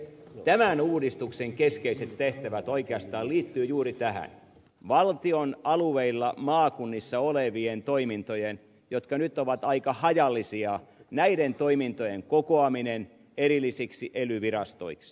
tämän uudistuksen keskeiset tehtävät oikeastaan liittyvät juuri tähän valtion alueilla maakunnissa olevien toimintojen jotka nyt ovat aika hajallisia kokoamiseen erillisiksi ely virastoiksi